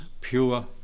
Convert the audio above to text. pure